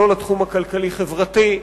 לתחום הכלכלי-חברתי,